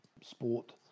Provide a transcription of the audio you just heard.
sport